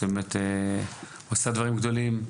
שבאמת עושה דברים גדולים.